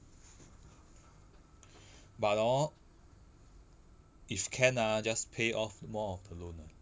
but hor if can ah just pay off more of the loan ah